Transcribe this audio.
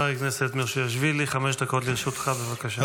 חבר הכנסת מושיאשוילי, חמש דקות לרשותך, בבקשה.